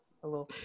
Hello